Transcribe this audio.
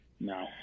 no